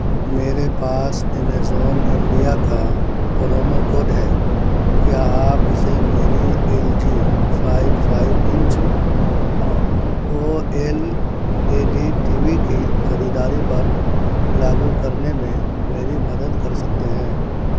میرے پاس Amazon India کا پرومو کوڈ ہے کیا آپ اسے میری L G five five inch O L A D T V کی خریداری پر لاگو کرنے میں میری مدد کر سکتے ہیں